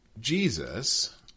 Jesus